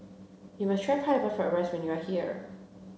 you must try pineapple fried rice when you are here